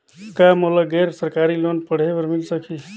कौन मोला गैर सरकारी लोन पढ़े बर मिल जाहि?